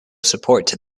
support